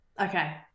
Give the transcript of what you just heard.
okay